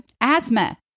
asthma